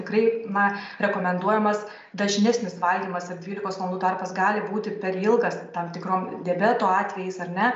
tikrai na rekomenduojamas dažnesnis valgymas ar dvylikos valandų tarpas gali būti per ilgas tam tikrom diabeto atvejais ar ne